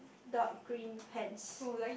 dark green pants